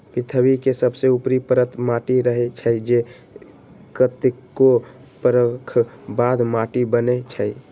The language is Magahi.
पृथ्वी के सबसे ऊपरी परत माटी रहै छइ जे कतेको बरख बाद माटि बनै छइ